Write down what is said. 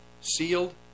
sealed